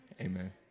Amen